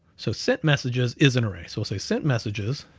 so sent messages is an array. we'll say sent messages